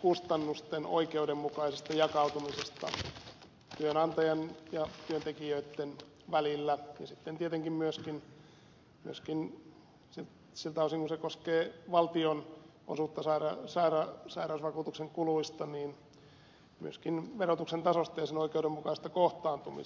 kustannusten oikeudenmukaisesta jakautumisesta työnantajan ja työntekijöitten välillä ja tietenkin siltä osin kun se koskee valtionosuutta sairausvakuutuksen kuluista myöskin verotuksen tasosta ja sen oikeudenmukaisesta kohtaantumisesta